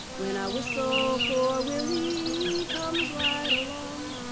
when i whistle for willie, he comes right along.